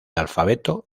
alfabeto